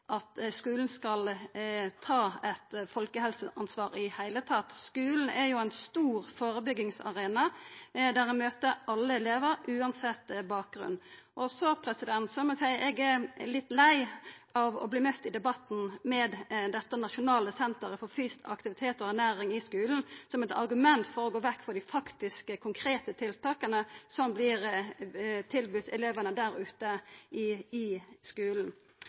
at skulen skal ta eit folkehelseansvar i det heile. Skulen er jo ein stor førebyggingsarena, der ein møter alle elevar, uansett bakgrunn. Så må eg seia at eg er litt lei av i debatten å bli møtt med dette nasjonale senteret for fysisk aktivitet og ernæring i skulen som eit argument for å gå vekk frå dei faktiske konkrete tiltaka som vert tilbodne elevane i skulen. I folkehelsemeldinga sa fleirtalet at ein skulle vurdera korleis skulen